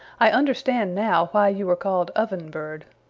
i understand now why you are called oven bird,